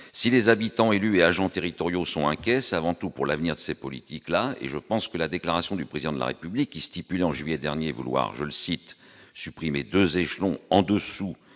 si les habitants, élus et agents territoriaux sont inquiets, c'est avant tout pour l'avenir, ces politiques-là et je pense que la déclaration du président de la République qui stipule en juillet dernier, vouloir, je le cite : supprimer 2 échelons en-dessous